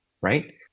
right